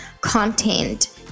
content